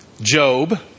Job